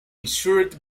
ensured